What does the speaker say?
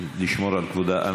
נשמור על כבודה.